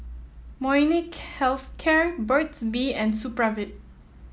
Molnylcke Health Care Burt's Bee and Supravit